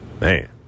man